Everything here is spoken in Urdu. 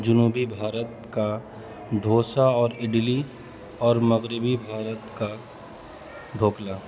جنوبی بھارت کا ڈھوسا اور اڈلی اور مغربی بھارت کا ڈھوپلہ